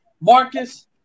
Marcus